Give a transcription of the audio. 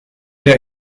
der